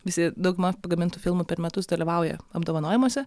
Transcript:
visi dauguma pagamintų filmų per metus dalyvauja apdovanojimuose